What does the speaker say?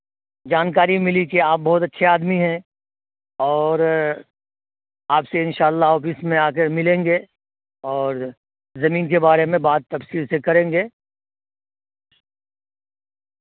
جانکاری ملی کہ آپ بہت اچھے آدمی ہیں اور آپ سے انشاء اللہ آفس میں آ کر ملیں گے اور زمین کے بارے میں بات تفصیل سے کریں گے